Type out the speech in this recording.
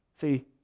See